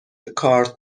کارت